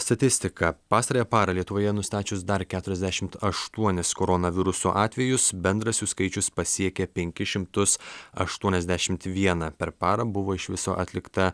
statistika pastarąją parą lietuvoje nustačius dar keturiasdešimt aštuonis koronaviruso atvejus bendras jų skaičius pasiekė penkis šimtus aštuoniasdešimt vieną per parą buvo iš viso atlikta